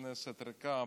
כנסת ריקה,